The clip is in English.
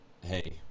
Hey